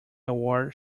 award